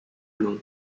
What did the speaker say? long